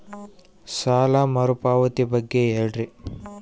ಸಾಲ ಮರುಪಾವತಿ ಬಗ್ಗೆ ಹೇಳ್ರಿ?